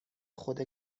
خود